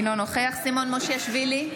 אינו נוכח סימון מושיאשוילי,